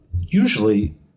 usually